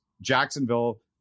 Jacksonville